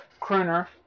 Crooner